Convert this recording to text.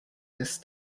this